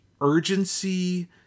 urgency